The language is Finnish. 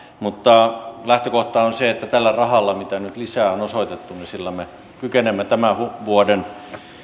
mutta lähtökohta on se että tällä rahalla mitä nyt lisää on osoitettu me kykenemme tämän vuoden